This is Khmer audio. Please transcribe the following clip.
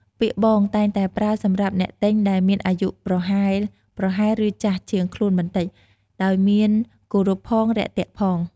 ពាក្យ “បង” តែងតែប្រើសម្រាប់អ្នកទិញដែលមានអាយុប្រហែលៗ ឬចាស់ជាងខ្លួនបន្តិច ដោយមានគោរពផង រាក់ទាក់ផង។